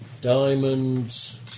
diamonds